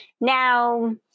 Now